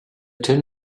tin